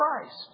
Christ